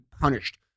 punished